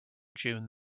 june